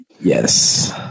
Yes